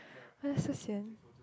!wah! that's so sian